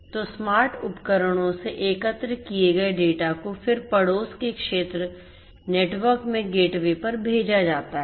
तो स्मार्ट उपकरणों से एकत्र किए गए डेटा को फिर पड़ोस के क्षेत्र नेटवर्क में गेटवे पर भेजा जाता है